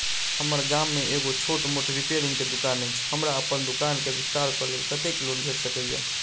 हम्मर गाम मे एगो छोट मोट रिपेयरिंग केँ दुकान अछि, हमरा अप्पन दुकान केँ विस्तार कऽ लेल कत्तेक लोन भेट सकइय?